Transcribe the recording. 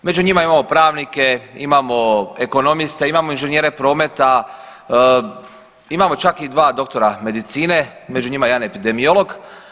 Među njima imamo pravnike, imamo ekonomiste, imamo inženjere prometa, imamo čak i dva doktora medicine, među njima jedan epidemiolog.